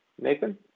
Nathan